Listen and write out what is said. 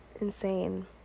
insane